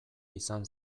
izan